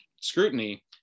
scrutiny